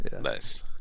Nice